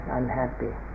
unhappy